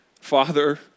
Father